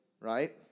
right